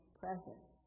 presence